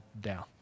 down